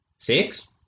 Six